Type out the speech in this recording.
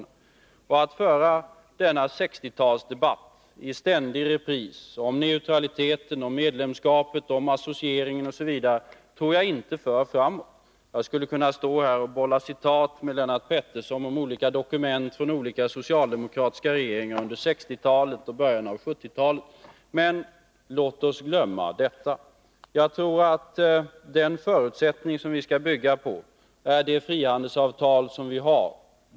Att i ständig repris föra denna 1960-talsdebatt om neutraliteten, om medlemskapet, om associeringen osv. tror jag inte för framåt. Jag skulle kunna stå här och bolla citat med Lennart Pettersson om olika dokument från olika socialdemokratiska regeringar under 1960-talet och början av 1970-talet, men låt oss glömma detta. Jag tror att den förutsättning som vi skall bygga på är det frihandelsavtal som vi har.